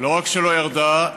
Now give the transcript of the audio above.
לא רק שלא ירדה,